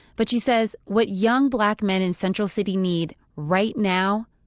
but, she says, what young black men in central city need, right now,